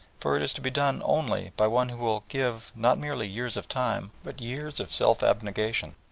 for it is to be done only by one who will give not merely years of time, but years of self-abnegation,